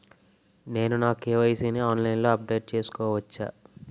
నేను నా కే.వై.సీ ని ఆన్లైన్ లో అప్డేట్ చేసుకోవచ్చా?